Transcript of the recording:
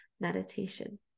meditation